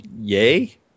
yay